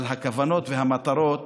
אבל הכוונות והמטרות